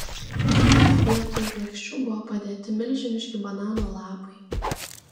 vietoj lėkščių buvo padėti milžiniški banano lapai